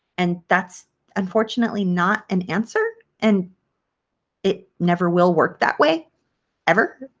and that's unfortunately not an answer and it never will work that way ever.